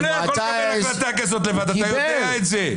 הוא לא יכול לקבל החלטה כזאת, ואתה יודע את זה.